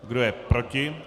Kdo je proti?